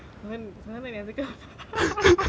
脸色给我